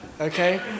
Okay